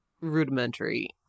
rudimentary